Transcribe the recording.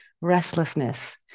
restlessness